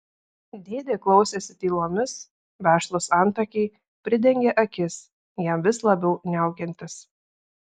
dėdė klausėsi tylomis vešlūs antakiai pridengė akis jam vis labiau niaukiantis